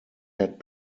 had